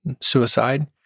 suicide